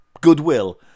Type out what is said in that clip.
goodwill